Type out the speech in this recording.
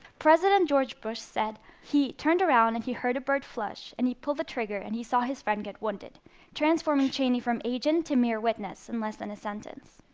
president george bush said he turned around, and he heard a bird flush, and he pulled the trigger and saw his friend get wounded transforming cheney from agent to mere witness in less than a sentence.